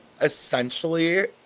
essentially